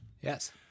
Yes